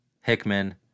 Hickman